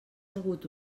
hagut